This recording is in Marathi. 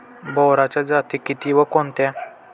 बोराच्या जाती किती व कोणत्या?